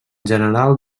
general